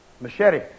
machete